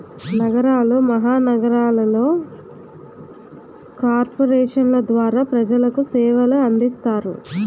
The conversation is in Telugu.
నగరాలు మహానగరాలలో కార్పొరేషన్ల ద్వారా ప్రజలకు సేవలు అందిస్తారు